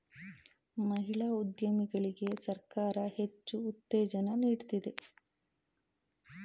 ಮಹಿಳಾ ಉದ್ಯಮಿಗಳಿಗೆ ಸರ್ಕಾರ ಹೆಚ್ಚು ಉತ್ತೇಜನ ನೀಡ್ತಿದೆ